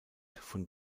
von